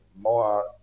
more